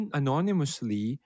anonymously